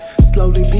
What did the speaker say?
Slowly